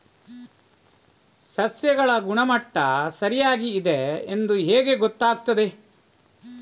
ಸಸ್ಯಗಳ ಗುಣಮಟ್ಟ ಸರಿಯಾಗಿ ಇದೆ ಎಂದು ಹೇಗೆ ಗೊತ್ತು ಆಗುತ್ತದೆ?